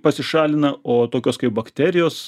pasišalina o tokios kaip bakterijos